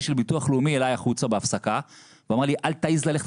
של הביטוח הלאומי אליי החוצה בהפסקה ואמר לי: אל תעז ללכת